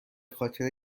خاطر